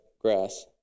grass